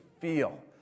feel